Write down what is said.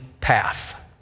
path